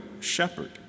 shepherd